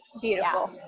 Beautiful